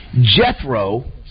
Jethro